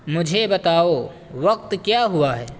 مجھے بتاؤ وقت کیا ہوا ہے